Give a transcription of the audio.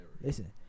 Listen